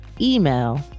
email